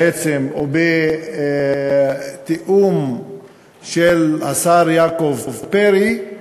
בעצם, ובתיאום של השר יעקב פרי.